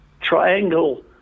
triangle